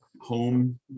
home